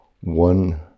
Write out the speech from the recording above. one